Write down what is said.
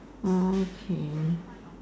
okay